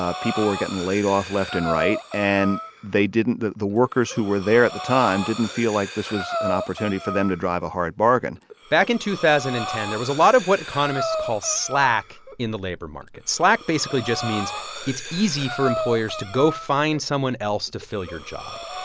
ah people were getting laid off left and right. and they didn't the the workers who were there at the time didn't feel like this was an opportunity for them to drive a hard bargain back in two thousand and ten, there was a lot of what economists call slack in the labor market. slack basically just means it's easy for employers to go find someone else to fill your job.